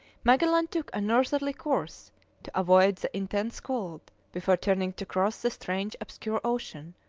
magellan took a northerly course to avoid the intense cold, before turning to cross the strange obscure ocean,